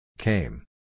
Came